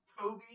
Toby